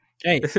Hey